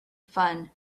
fun